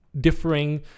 differing